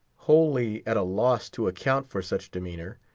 wholly at a loss to account for such demeanor,